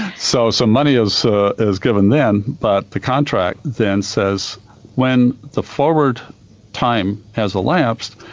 so some money is ah is given then, but the contract then says when the forward time has elapsed,